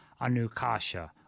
Anukasha